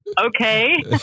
Okay